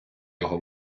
його